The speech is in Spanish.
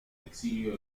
exilio